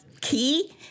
key